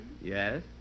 Yes